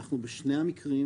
אנחנו בשני המקרים,